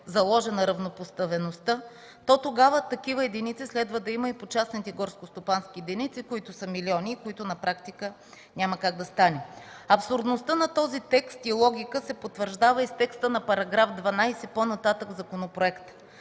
заложена равнопоставеността, то тогава такива единици следва да има и по частните горскостопански единици, които са милиони и на практика няма как да стане. Абсурдността на този текст и логика се потвърждава и с текста на § 12 по-нататък в законопроекта.